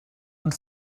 und